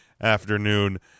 afternoon